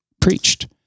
preached